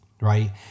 right